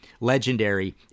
legendary